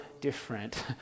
different